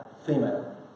female